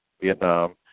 Vietnam